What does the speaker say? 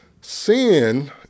sin